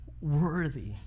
worthy